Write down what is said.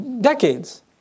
Decades